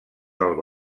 dels